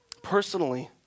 Personally